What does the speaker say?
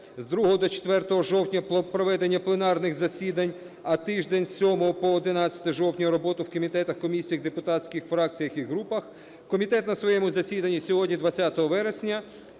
з 2 до 4 жовтня проведення пленарних засідань, а тиждень з 7 по 11 жовтня – роботу в комітетах, комісіях, депутатських фракціях і групах, комітет на своєму засіданні сьогодні, 20 вересня,